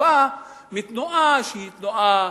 שבא מתנועה שהיא תנועה,